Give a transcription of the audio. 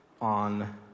on